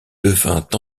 devint